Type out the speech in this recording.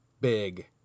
big